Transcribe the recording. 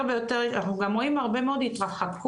אנחנו גם רואים הרבה מאוד התרחקות,